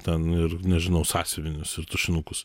ten ir nežinau sąsiuvinius ir tušinukus